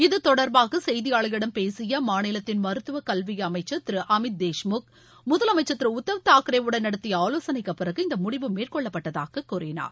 இது தொடர்பாக செய்தியாளர்களிடம் பேசிய அம்மாநிலத்தின் மருத்துவ கல்வி அமைச்சர் திரு அமித் தோஷ்முக் முதலமைச்சர் திரு உத்தவ் தாக்கரே வுடன் நடத்திய ஆலோசனைக்கு பிறகு இந்த முடிவு மேற்கொள்ளப்பட்டதாக கூறினார்